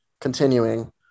continuing